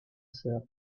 sœur